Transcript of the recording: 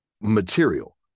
material